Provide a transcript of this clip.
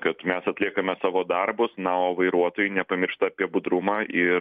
kad mes atliekame savo darbus na o vairuotojai nepamiršta apie budrumą ir